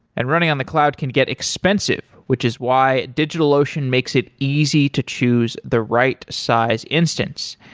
and running on the cloud can get expensive, which is why digitalocean makes it easy to choose the right size instance.